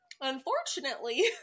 unfortunately